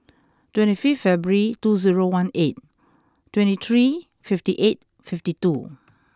twenty five February two zero one eight twenty three fifty eight fifty two